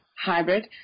hybrid